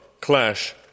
clash